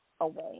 away